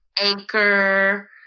Anchor